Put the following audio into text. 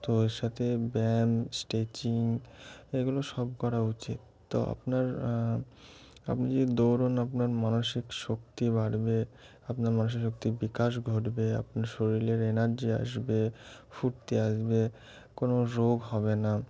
তো এর সাথে ব্যায়াম স্ট্রেচিং এগুলো সব করা উচিত তো আপনার আপনি যদি দৌড়োন আপনার মানসিক শক্তি বাড়বে আপনার মানসিক শক্তির বিকাশ ঘটবে আপনার শরীরের এনার্জি আসবে ফুর্তি আসবে কোনো রোগ হবে না